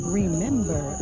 remember